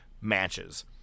matches